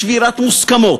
שבירת מוסכמות,